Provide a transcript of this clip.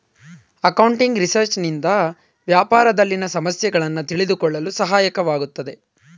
accounting research ಇಂದ ವ್ಯಾಪಾರದಲ್ಲಿನ ಸಮಸ್ಯೆಗಳನ್ನು ತಿಳಿದುಕೊಳ್ಳಲು ಸಹಾಯವಾಗುತ್ತದೆ